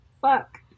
Fuck